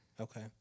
Okay